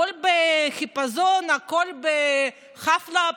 הכול בחיפזון, הכול בחאפ-לאפ,